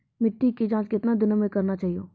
मिट्टी की जाँच कितने दिनों मे करना चाहिए?